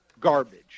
garbage